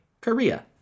Korea